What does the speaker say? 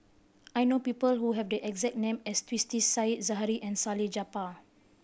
I know people who have the exact name as Twisstii Said Zahari and Salleh Japar